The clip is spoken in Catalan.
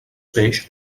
peix